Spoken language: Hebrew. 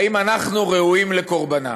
האם אנחנו ראויים לקורבנם.